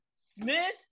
Smith